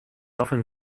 often